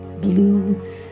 Blue